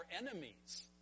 enemies